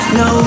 no